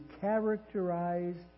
characterized